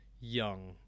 Young